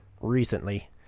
Recently